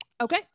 Okay